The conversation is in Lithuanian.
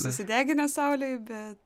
susideginęs saulėj bet